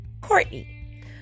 Courtney